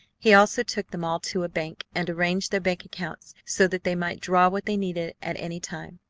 he also took them all to a bank, and arranged their bank accounts so that they might draw what they needed at any time.